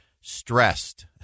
stressed